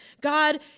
God